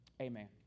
Amen